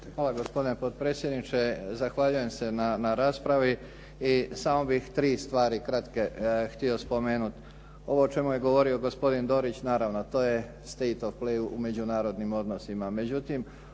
Hvala gospodine potpredsjedniče. Zahvaljujem se na raspravi i samo bih tri stvari kratke htio spomenuti. Ovo o čemu je govorio gospodin Dorić to je state of play u međunarodnim odnosima,